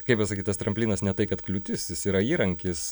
kaip pasakyt tas tramplynas ne tai kad kliūtis jis yra įrankis